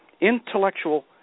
Intellectual